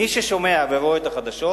מי ששומע ורואה את החדשות,